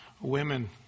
women